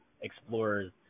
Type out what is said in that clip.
explorers